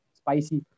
spicy